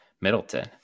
Middleton